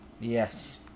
Yes